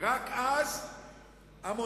רק אז המונה